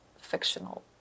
fictional